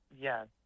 Yes